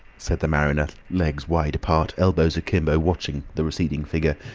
said the mariner, legs wide apart, elbows akimbo, watching the receding figure.